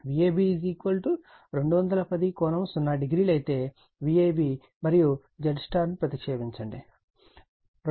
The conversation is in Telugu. కాబట్టి Vab 210 ∠0o అయితే Vabమరియు ZY ప్రతిక్షేపించండి 2